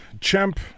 champ